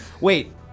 Wait